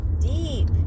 deep